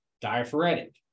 diaphoretic